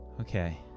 Okay